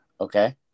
okay